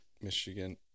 Michigan